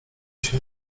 się